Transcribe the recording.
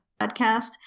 podcast